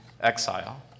exile